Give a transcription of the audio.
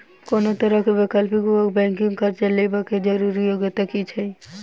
कोनो तरह कऽ वैकल्पिक वा गैर बैंकिंग कर्जा लेबऽ कऽ लेल जरूरी योग्यता की छई?